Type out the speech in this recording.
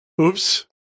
Oops